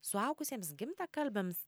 suaugusiems gimtakalbiams